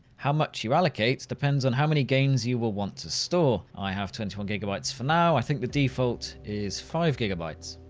how much you allocate depends on how many games you will want to store i have twenty one gb gb ah for now. i think the default is five gb. but